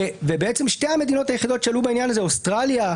שתי המדינות היחידות שעלו בעניין הזה אוסטרליה,